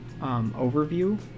overview